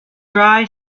dry